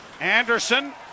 Anderson